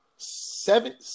seven